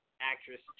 actress